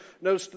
no